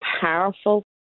powerful